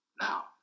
Now